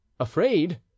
afraid